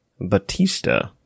Batista